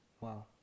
Wow